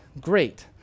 great